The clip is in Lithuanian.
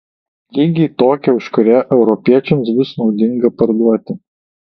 lygiai tokią už kurią europiečiams bus naudinga parduoti